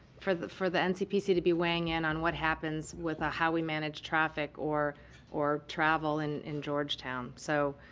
for the for the ncpc to be weighing in on what happens with ah how we manage traffic or or travel and in georgetown. so,